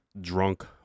drunk